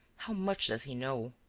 how much does he know?